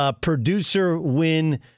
producer-win